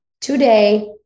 today